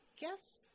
guess